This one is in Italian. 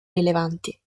rilevanti